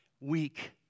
weak